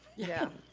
yeah,